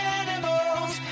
animals